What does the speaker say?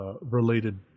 related